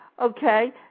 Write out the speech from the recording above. Okay